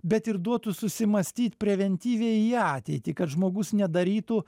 bet ir duotų susimąstyt preventyviai į ateitį kad žmogus nedarytų